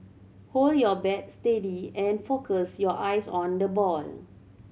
hold your bat steady and focus your eyes on the ball